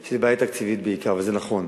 היא אמרה שזאת בעיה תקציבית בעיקר, וזה נכון.